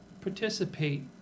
Participate